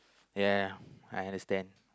ya I understand